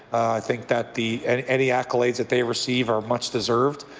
think that the any accolades that they receive are much deserved.